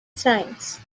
science